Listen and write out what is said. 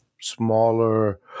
smaller